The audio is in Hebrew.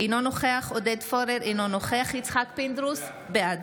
אינו נוכח עודד פורר, אינו נוכח יצחק פינדרוס, בעד